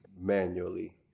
manually